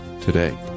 Today